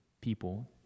people